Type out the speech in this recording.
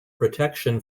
protection